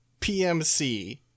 pmc